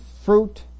fruit